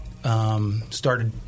started